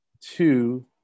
two